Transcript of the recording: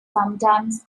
sometimes